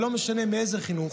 ולא משנה מאיזה חינוך,